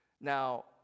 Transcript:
Now